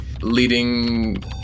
leading